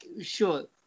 Sure